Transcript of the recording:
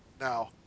Now